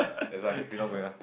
that's why you not going ah